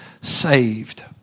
saved